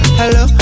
hello